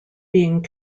being